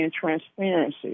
transparency